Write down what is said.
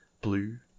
blue